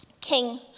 King